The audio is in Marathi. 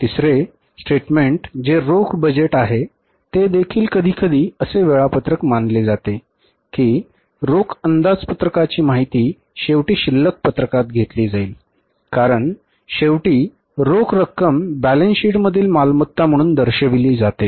तिसरे स्टेटमेंट जे रोख बजेट आहे तेदेखील कधीकधी असे वेळापत्रक मानले जाते की रोख अंदाजपत्रकाची माहिती शेवटी शिल्लक पत्रकात घेतली जाईल कारण शेवटी रोख रक्कम बॅलन्स शीटमधील मालमत्ता म्हणून दर्शविली जाते